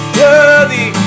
worthy